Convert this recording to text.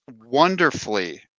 wonderfully